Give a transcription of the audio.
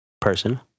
person